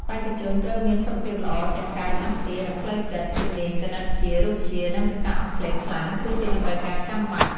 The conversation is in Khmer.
បេក្ខជនត្រូវមានសុខភាពល្អទាំងកាយសម្បទានិងផ្លូវចិត្ត។ ជំនាញគណិតវិទ្យា រូបវិទ្យា និងភាសាអង់គ្លេសខ្លាំងគឺជាតម្រូវការចាំបាច់។